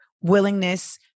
willingness